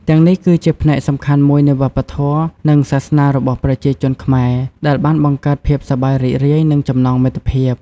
ទាំងនេះគឺជាផ្នែកសំខាន់មួយនៃវប្បធម៌ និងសាសនារបស់ប្រជាជនខ្មែរ ដែលបានបង្កើតភាពសប្បាយរីករាយ និងចំណងមិត្តភាព។